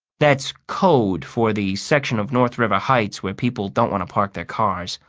that's code for the section of north river heights where people don't want to park their cars.